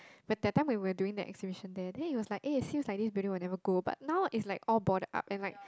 but that time we were doing the exhibition there then it was like eh it seems like this building will never go but now is like all boarded up and like